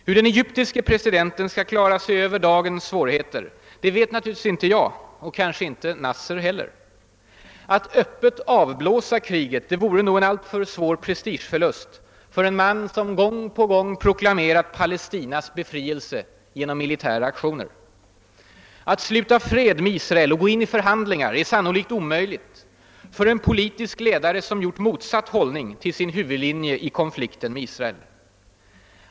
Hur den egyptiske presidenten skall klara sig över dagens svårigheter vet naturligtvis inte jag och kanske inte Nasser heller. Att öppet avblåsa kriget vore nog en alltför svår prestigeförlust för en man som gång på gång proklamerat »Palestinas befrielse» genom militära aktioner. Att sluta fred med Israel och gå in i förhandlingar är sannolikt omöjligt för en politisk ledare som gjort motsatt hållning till sin huvudlinje i konflikten med Israel.